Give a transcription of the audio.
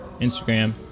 instagram